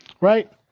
Right